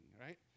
right